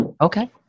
okay